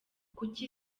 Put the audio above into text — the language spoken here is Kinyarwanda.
kuki